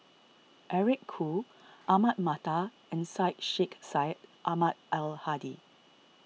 Eric Khoo Ahmad Mattar and Syed Sheikh Syed Ahmad Al Hadi